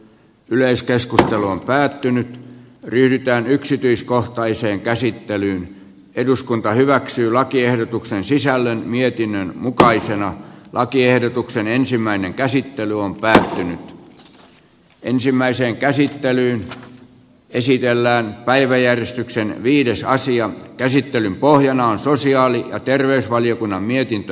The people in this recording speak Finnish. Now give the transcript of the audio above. yleiskeskustelu on päättynyt ryhdytäänyksityiskohtaiseen käsittelyyn eduskunta hyväksyy lakiehdotuksen sisällön mietinnön mukaisena lakiehdotuksen ensimmäinen käsittely on päätynyt ensimmäiseen käsittelyyn esitellään päiväjärjestykseen viidessä asian käsittelyn pohjana on sosiaali ja terveysvaliokunnan mietintö